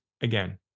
again